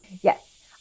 Yes